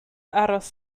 aros